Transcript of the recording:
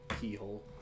keyhole